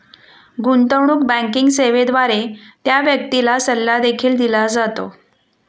गुंतवणूक बँकिंग सेवेद्वारे त्या व्यक्तीला सल्ला देखील दिला जातो